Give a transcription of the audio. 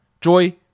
joy